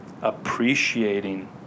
appreciating